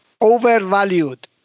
Overvalued